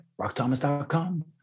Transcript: rockthomas.com